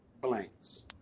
blanks